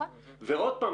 ועוד פעם,